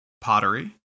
pottery